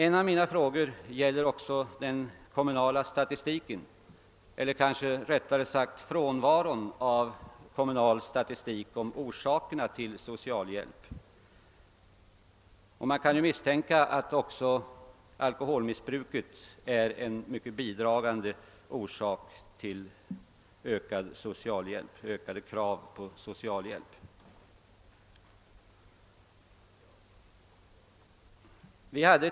En av mina frågor gäller också den kommunala statistiken — eller rättare sagt frånvaro av kommunal statistik — beträffande orsakerna till socialhjälp. Man kan misstänka att alkoholmissbruket är en bidragande orsak till de ökade kraven på socialhjälp.